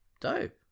Dope